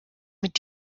mit